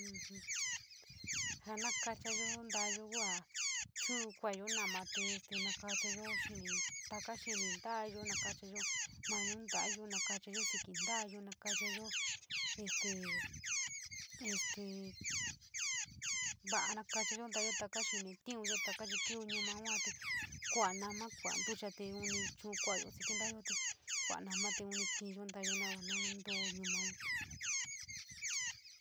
Ja na kachayo nta´ayo kua chu'un kuotoyo noma te na tachayo kinji, taka xini ntalayo, na kachayo mono ntalayo, nakachayo xikp ntalayo, nakachayo este, vio na kachayo xin, toinyoo dee kii noma yoo te kua noma kua ntacha te uni chuuyo kua xikp ntalayo kuaa nama te uni kii yoo ntayoa na na ntooo ñomaun.